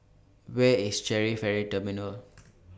Where IS Changi Ferry Terminal